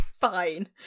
Fine